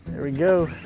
there we go.